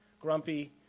grumpy